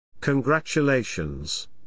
Congratulations